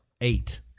Eight